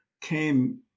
came